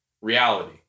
reality